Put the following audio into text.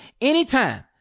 anytime